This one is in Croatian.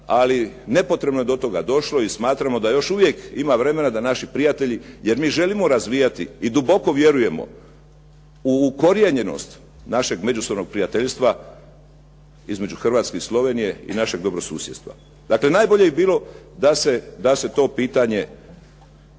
ali nepotrebno je do toga došlo i smatramo da još uvijek ima vremena da naši prijatelji jer mi želimo razvijati i duboko vjerujemo u ukorijenjenost našeg međusobnog prijateljstva između Hrvatske i Slovenije i našeg dobrog susjedstva. Dakle, najbolje bi bilo da se to pitanje